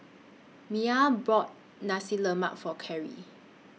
Maia bought Nasi Lemak For Carry